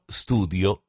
studio